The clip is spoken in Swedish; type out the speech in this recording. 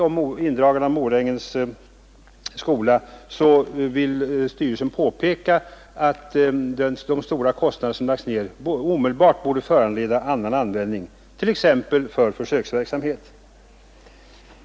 Om indragande av Morängens skola skulle beslutas, vill styrelsen påpeka att de stora kostnader som lagts ned omedelbart borde föranleda annan användning, t.ex. för försöksverksamhet.